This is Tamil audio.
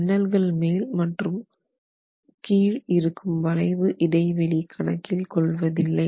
ஜன்னல்கள் மேல் மற்றும் மேல் மற்றும் கீழ் இருக்கும் வளைவு இடைவெளி கணக்கில் கொள்வதில்லை